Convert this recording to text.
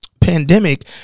pandemic